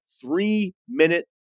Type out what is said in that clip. three-minute